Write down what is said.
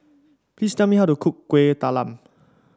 please tell me how to cook Kuih Talam